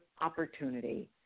opportunity